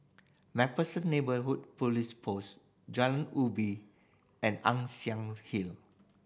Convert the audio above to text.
Macpherson Neighbourhood Police Post Jalan Ubin and Ann Siang Hill